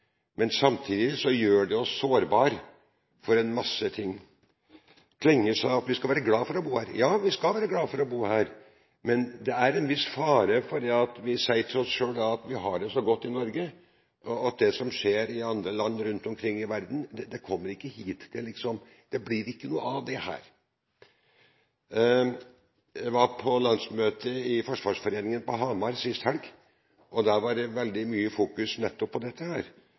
Men samtidig gjør det oss sårbare for en masse ting. Representanten Klinge sa at vi skal være glad for å bo her. Ja, vi skal være glad for å bo her, men det er en viss fare for at vi sier til oss selv at vi har det så godt i Norge, og at det som skjer i andre land rundt omkring i verden, ikke kommer hit, det blir ikke noe av det her. Jeg var på landsmøte i Forsvarsforeningen på Hamar sist helg. Der var det mye fokus nettopp på